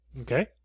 Okay